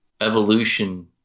evolution